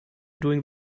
doing